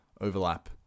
overlap